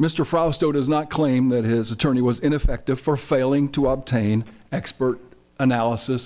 mr frausto does not claim that his attorney was ineffective for failing to obtain expert analysis